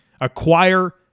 acquire